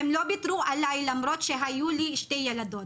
הם לא ויתרו עליי למרות שהיו לי שתי ילדות.